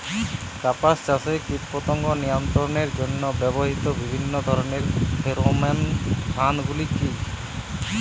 কাপাস চাষে কীটপতঙ্গ নিয়ন্ত্রণের জন্য ব্যবহৃত বিভিন্ন ধরণের ফেরোমোন ফাঁদ গুলি কী?